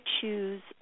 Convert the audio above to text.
choose